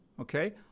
Okay